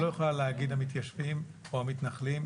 את לא יכולה להגיד למתיישבים או המתנחלים,